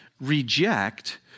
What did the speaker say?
reject